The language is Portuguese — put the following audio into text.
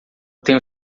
tenho